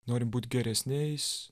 norim būt geresniais